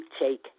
take